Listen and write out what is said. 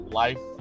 life